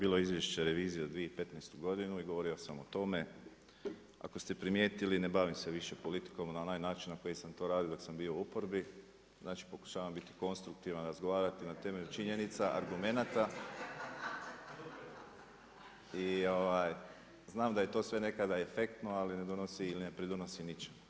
Kolega Maras, ovo je bilo izvješće revizije za 2015. godinu i govorio sam o tome, ako ste primijetili ne bavim se više politikom na onaj način na koji sam to radio dok sam bio u oporbi, znači pokušavam biti konstruktivan, razgovarati na temelju činjenica, argumenata i znam da je to sve nekada efektno, ali ne donosi ili ne pridonosi ničemu.